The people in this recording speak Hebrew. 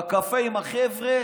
בקפה עם החבר'ה,